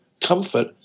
comfort